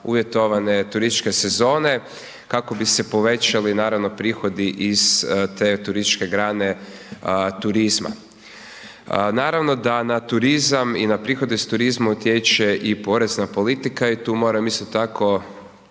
uvjetovane turističke sezone kako bi se povećali naravno prihodi iz te turističke grane turizma. Naravno da na turizam i na prihode iz turizma utječe i porezna politika i tu moram isto tako